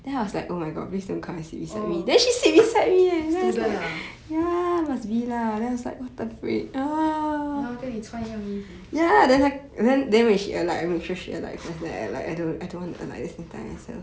orh student ah 她跟你穿一样衣服